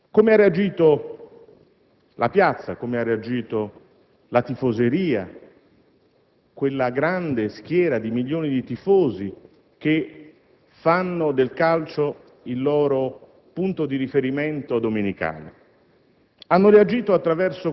Come ha reagito la piazza, come ha reagito la tifoseria, quella grande schiera di milioni di tifosi che fanno del calcio il loro punto di riferimento domenicale?